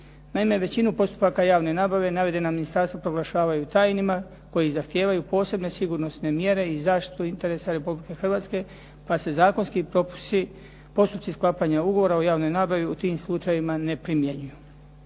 Naime, većinu postupaka javne nabave navedena ministarstva proglašavaju tajnima, koji zahtijevaju posebne sigurnosne mjere i zaštitu interesa Republike Hrvatske, pa se zakonski postupci sklapanja ugovora o javnoj nabavi u tim slučajevima ne primjenjuju.